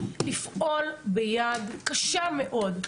לפעול ביד קשה מאוד,